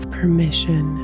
permission